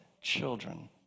children